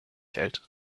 hält